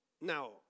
Now